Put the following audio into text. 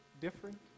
different